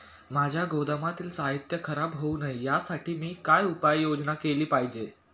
माझ्या गोदामातील साहित्य खराब होऊ नये यासाठी मी काय उपाय योजना केली पाहिजे?